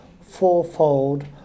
fourfold